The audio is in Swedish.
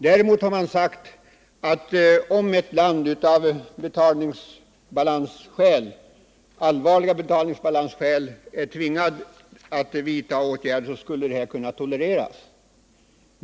Däremot har man sagt att om ett land av allvarliga betalningsbalansskäl är tvingat att vidta åtgärder, skulle importdepositioner kunna tolereras.